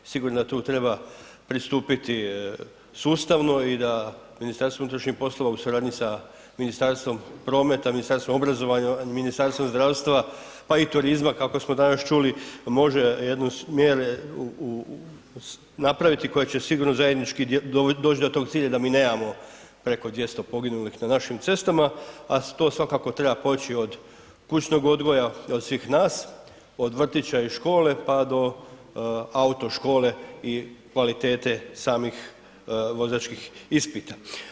Sigurno da tu treba pristupiti sustavno i da MUP u suradnji sa Ministarstvom prometa, Ministarstvom obrazovanja, Ministarstvom zdravstva pa i turizma kako smo danas čuli može jednu smjer napraviti koja će sigurno zajednički doći do tog cilja mi nemamo preko 200 poginulih na našim cestama, a to svakako treba poći od kućnog odgoja od svih nas, od vrtića i škole pa do autoškole i kvalitete samih vozačkih ispita.